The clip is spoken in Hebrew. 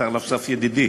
מותר להוסיף "ידידי"